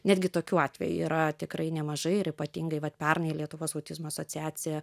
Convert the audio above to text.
netgi tokių atvejų yra tikrai nemažai ir ypatingai vat pernai lietuvos autizmo asociacija